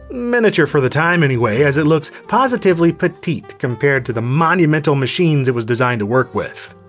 miniature for the time anyway, as it looks positively petite compared to the monumental machines it was designed to work with.